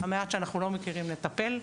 המעט שאנחנו לא מכירים נטפל.